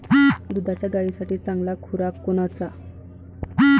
दुधाच्या गायीसाठी चांगला खुराक कोनचा?